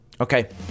okay